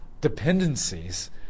dependencies